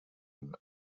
and